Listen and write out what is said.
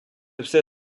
все